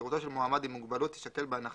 כשירותו של מועמד עם מוגבלות תישקל בהנחה